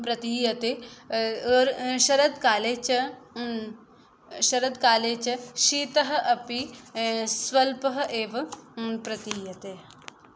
प्रतीयते और् शरत्काले च शरत्काले च शीतः अपि स्वल्पः एव प्रतीयते